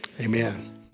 amen